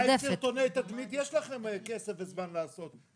200 סרטוני תדמית יש לכם כסף וזמן לעשות.